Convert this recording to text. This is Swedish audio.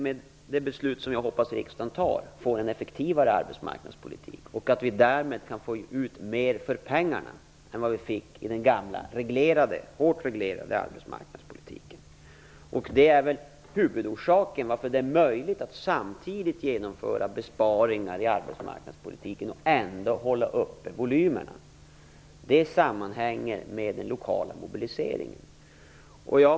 Med det beslut som jag hoppas att riksdagen fattar anser jag att vi får en effektivare arbetsmarknadspolitik och att vi därmed kan få ut mer för pengarna än vad vi fick med den gamla hårt reglerade arbetsmarknadspolitiken. Det är huvudorsaken till att det samtidigt är möjligt att genomföra besparingar i arbetsmarknadspolitiken och ändå hålla volymerna uppe. Det hänger samman med den lokala mobiliseringen.